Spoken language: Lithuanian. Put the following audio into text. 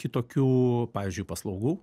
kitokių pavyzdžiui paslaugų